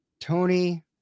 Tony